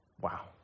Wow